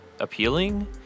appealing